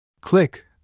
Click